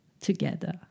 together